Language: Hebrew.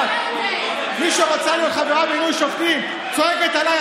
מי שרוצה להיות חברה במינוי שופטים צועקת עליי,